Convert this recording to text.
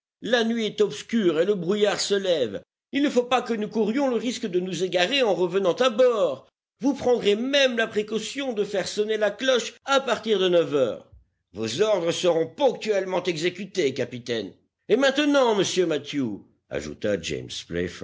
la nuit est obscure et le brouillard se lève il ne faut pas que nous courions le risque de nous égarer en revenant à bord vous prendrez même la précaution de faire sonner la cloche à partir de neuf heures vos ordres seront ponctuellement exécutés capitaine et maintenant monsieur mathew ajouta james